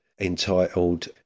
entitled